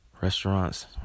restaurants